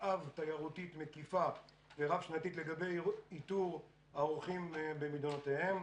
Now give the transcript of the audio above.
אב תיירותית מקיפה ורב-שנתית לגבי איתור האורחים במדינותיהם.